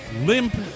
Limp